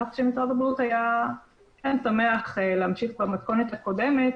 אף שמשרד הבריאות היה שמח להמשיך במתכונת הקודמת